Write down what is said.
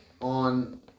on